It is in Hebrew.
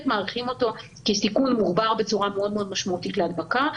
מעריכים כסיכון מוגבר בצורה מאוד-מאוד משמעותית להדבקה.